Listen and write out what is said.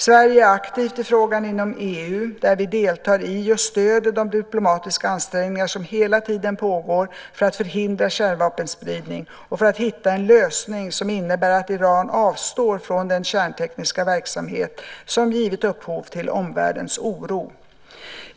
Sverige är aktivt i frågan inom EU, där vi deltar i och stöder de diplomatiska ansträngningar som hela tiden pågår för att förhindra kärnvapenspridning och för att hitta en lösning som innebär att Iran avstår från den kärntekniska verksamhet som givit upphov till omvärldens oro.